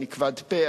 אני כבד פה,